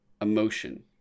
emotion